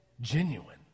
genuine